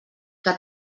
que